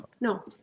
no